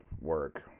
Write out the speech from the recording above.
work